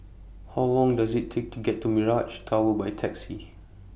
How Long Does IT Take to get to Mirage Tower By Taxi